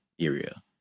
area